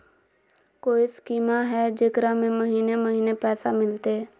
कोइ स्कीमा हय, जेकरा में महीने महीने पैसा मिलते?